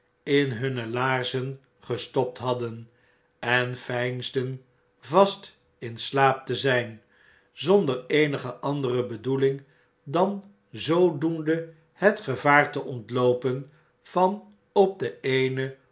in hunne laarzen gestopt hadden en veinsden vast in slaap te zfln zonder eenige andere bedoeling dan zoodoende het gevaar te ontloopen van op de eene